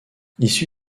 issu